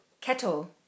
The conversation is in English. Kettle